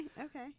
Okay